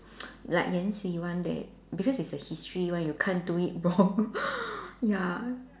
like Yanxi one they because it's a history one you can't do it wrong ya